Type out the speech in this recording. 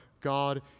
god